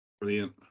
Brilliant